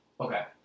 Okay